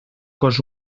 cos